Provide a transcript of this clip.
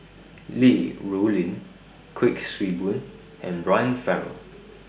Li Rulin Kuik Swee Boon and Brian Farrell